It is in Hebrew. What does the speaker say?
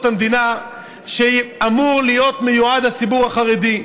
המדינה שאמורות להיות מיועדות לציבור החרדי.